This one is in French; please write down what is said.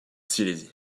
silésie